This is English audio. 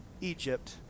Egypt